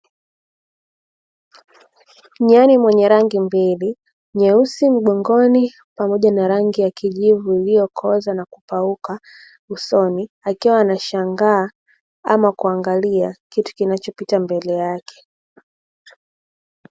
Nyani mwenye rangi mbili, nyeusi mgongoni pamoja na rangi ya kijivu iloyopooza na kupauka usoni, akiwa anashangaa ama kuangalia kitu kinachopita mbele yake.